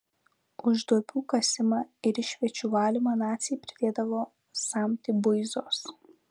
už duobių kasimą ir išviečių valymą naciai pridėdavo samtį buizos